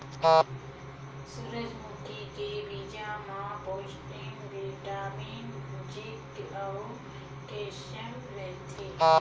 सूरजमुखी के बीजा म प्रोटीन, बिटामिन, जिंक अउ केल्सियम रहिथे